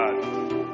God